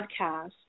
podcast